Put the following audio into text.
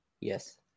Yes